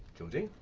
georgie.